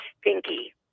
stinky